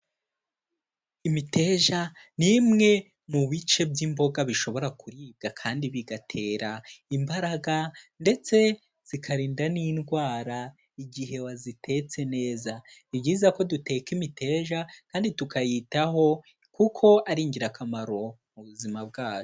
Imiteja ni imwe mu bice by'imboga bishobora kuribwa kandi bigatera imbaraga, ndetse zikarinda n'indwara igihe wazitetse neza. Ni byiza ko duteka imiteja, kandi tukayitaho, kuko ari ingirakamaro, mu buzima bwayo.